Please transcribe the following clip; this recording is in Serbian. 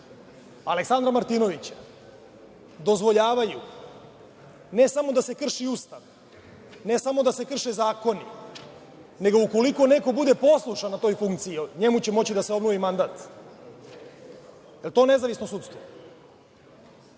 Aleksandra Martinovića dozvoljavaju ne samo da se krši Ustav, ne samo da se krše zakoni, nego ukoliko neko bude poslušan na toj funkciji, njemu će moći da se obnovi mandat? Je li to nezavisno sudstvo?